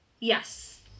Yes